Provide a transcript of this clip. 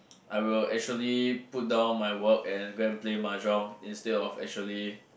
I will actually put down my work and go and play mahjong instead of actually